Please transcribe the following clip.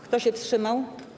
Kto się wstrzymał?